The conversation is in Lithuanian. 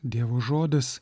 dievo žodis